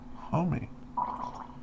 homie